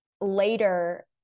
later